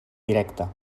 directa